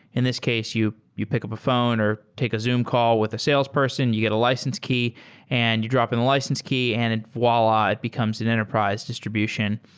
in this case, you you pick up a phone, or take a zoom call with a salesperson, you get a license key and you drop in the license key and and walah, it becomes an enterprise distr ibution.